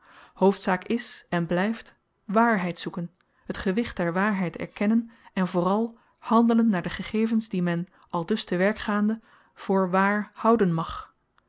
hoofdzaak is en blyft waarheid zoeken t gewicht der waarheid erkennen en vooral handelen naar de gegevens die men aldus te werk gaande voor waar houden mag